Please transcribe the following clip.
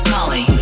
Molly